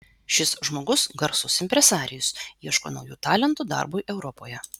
šis žmogus garsus impresarijus ieško naujų talentų darbui europoje